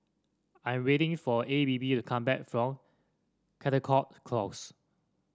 I'm waiting for A B B to come back from Caldecott Close